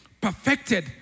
perfected